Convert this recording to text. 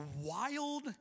wild